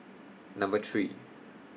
Number three